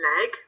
leg